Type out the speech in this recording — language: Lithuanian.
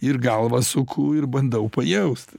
ir galvą suku ir bandau pajaust